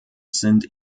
sind